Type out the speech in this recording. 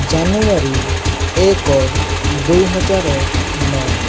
ଜାନୁୟାରୀ ଏକ ଦୁଇହଜାର ନଅ